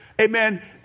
amen